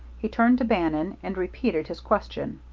he turned to bannon and repeated his question.